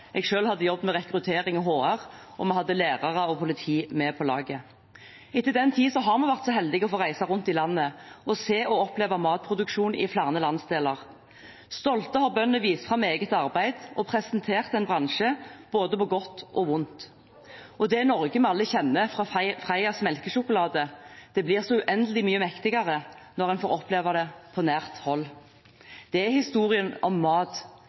Jeg selv hadde jobb med rekruttering og HR, og vi hadde lærere og politi med på laget. Etter den tid har jeg vært så heldig å få reise rundt i landet og se og oppleve matproduksjon i flere landsdeler. Stolte har bønder vist fram eget arbeid og presentert en bransje, både på godt og vondt. Det Norge vi alle kjenner fra Freias melkesjokolade, blir så uendelig mye mektigere når man får oppleve det på nært hold. Det er historien om mat,